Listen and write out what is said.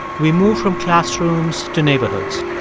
we move from classrooms to neighborhoods,